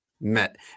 met